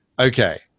okay